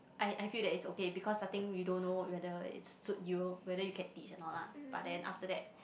I I feel that it's okay because starting you don't know whether it suit you whether you can teach or not lah but then after that